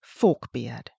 Forkbeard